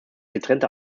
getrennte